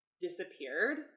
disappeared